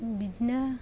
बिदिनो